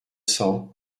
cents